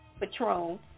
Patron